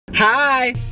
Hi